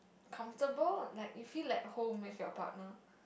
comfortable like you feel at home with your partner